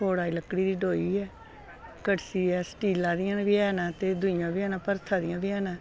खोड़ा लकड़ी दी डोई ऐ कड़छी ऐ स्टीलां दियां बी हैन ते दूइयां बी हैन भरथा दियां बी हैन